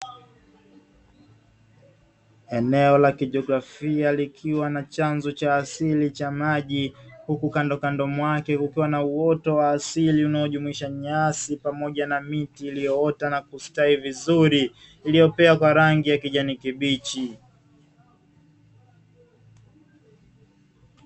Eneo la kijiografia likiwa na chanzo cha asili cha maji, huku kandokando mwake kukiwa na uoto wa asili unaojumuisha nyasi pamoja na miti iliyoota na kusitawi vizuri iliyopea kwa rangi ya kijani kibichi.